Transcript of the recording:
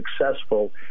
successful